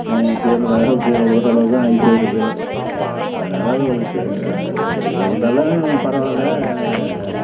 கீழதாக கீழே விழுகிற அளவுக்கும் ஆகி போயிடுது அதனால கீழே விழுந்தாலும் பரவாயில்ல